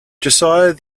josiah